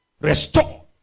Restore